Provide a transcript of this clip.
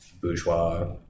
bourgeois